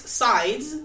sides